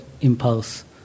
impulse